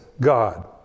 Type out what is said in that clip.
God